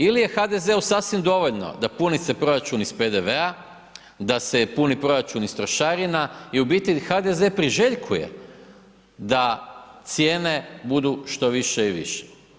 Ili je HDZ-u sasvim dovoljno da puni se proračun iz PDV-a, da se puni proračun iz trošarina i u biti HDZ priželjkuje da cijene budu što više i više.